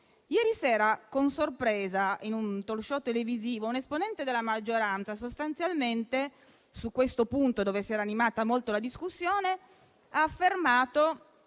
Ieri sera, con sorpresa, in un *talk show* televisivo, un esponente della maggioranza, su questo punto su cui si era animata molto la discussione, ha affermato,